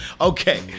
okay